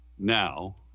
now